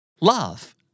Love